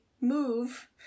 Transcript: move